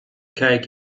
cake